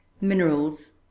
minerals